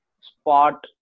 spot